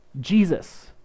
Jesus